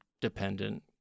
dependent